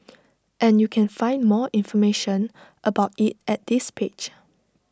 and you can find more information about IT at this page